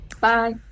Bye